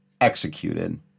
executed